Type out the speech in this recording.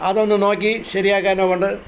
അതൊന്നു നോക്കി ശരിയാക്കാൻ കൊണ്ട്